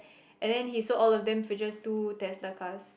and then he sold all of them for just two Tesla cars